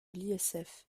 l’isf